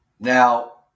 Now